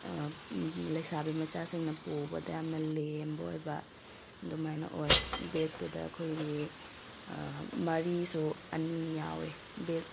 ꯂꯩꯁꯥꯕꯤ ꯃꯆꯥꯁꯤꯡꯅ ꯄꯨꯕꯗ ꯌꯥꯝꯅ ꯂꯦꯝꯕ ꯑꯣꯏꯕ ꯑꯗꯨꯃꯥꯏꯅ ꯑꯣꯏ ꯕꯦꯛꯇꯨꯗ ꯑꯩꯈꯣꯏꯒꯤ ꯃꯔꯤꯁꯨ ꯑꯅꯤ ꯌꯥꯎꯋꯦ ꯕꯦꯛ